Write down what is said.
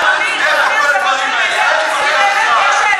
אדוני, אדוני היושב-ראש, שאלות,